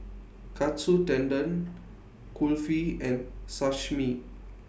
Katsu Tendon Kulfi and Sashimi